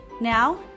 Now